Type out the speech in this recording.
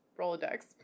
rolodex